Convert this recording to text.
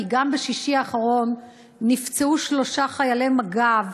כי גם בשישי האחרון נפצעו שלושה חיילי מג"ב,